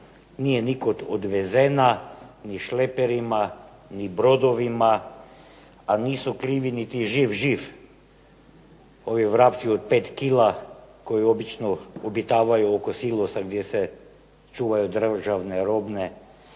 nije nikud odvezena, ni šleperima, ni brodovima, a nisu krivi niti živ-živ ovi vrapci od 5 kg koji obično obitavaju oko silosa gdje se čuvaju državne robne